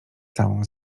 całą